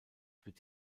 wird